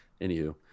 Anywho